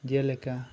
ᱡᱮᱞᱮᱠᱟ